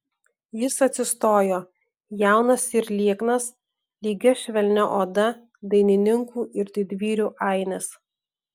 jis atsistojo jaunas ir lieknas lygia švelnia oda dainininkų ir didvyrių ainis